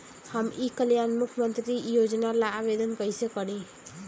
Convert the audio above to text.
हम ई कल्याण मुख्य्मंत्री योजना ला आवेदन कईसे करी?